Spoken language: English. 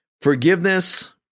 forgiveness